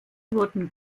wurden